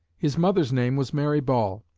his mother's name was mary ball.